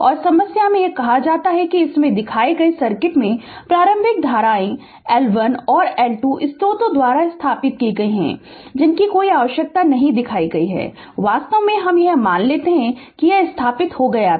और समस्या में यह कहा जाता है कि इसमें दिखाए गए सर्किट में प्रारंभिक धाराएँ L1 और L2 स्रोतों द्वारा स्थापित की गई हैं कोई आवश्यकता नहीं दिखाई गई है वास्तव में हम यह मान लेते हैं कि यह स्थापित हो गया था